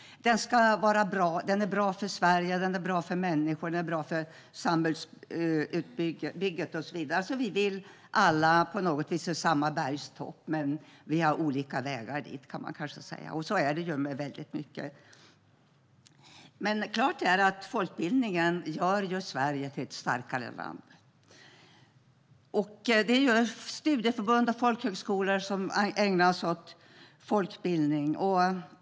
Den är bra för Sverige, bra för människor, bra för samhällsbygget, och så vidare. Vi ser alla på något sätt samma bergstopp, men vi har olika vägar dit. Så är det med väldigt mycket. Klart är att folkbildningen gör Sverige till ett starkare land. Det är studieförbund och folkhögskolor som ägnar sig åt folkbildning.